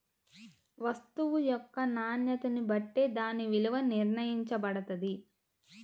వస్తువు యొక్క నాణ్యతని బట్టే దాని విలువ నిర్ణయించబడతది